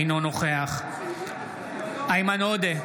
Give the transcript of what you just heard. אינו נוכח איימן עודה,